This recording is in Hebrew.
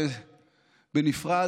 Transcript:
בנפרד,